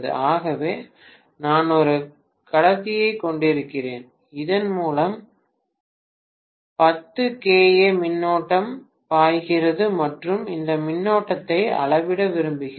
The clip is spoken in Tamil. ஆகவே நான் ஒரு கடத்தியைக் கொண்டிருக்கிறேன் இதன் மூலம் 10 kA மின்னோட்டம் பாய்கிறது மற்றும் இந்த மின்னோட்டத்தை அளவிட விரும்புகிறேன்